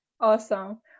awesome